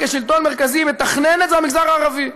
כשלטון מרכזי מתכננת זה למגזר הערבי.